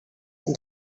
and